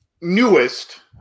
newest